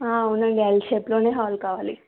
అవును L shape లోనే hall కావాలి